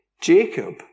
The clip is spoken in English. Jacob